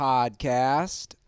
Podcast